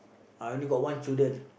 I only got one children